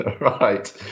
Right